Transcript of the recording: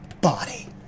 body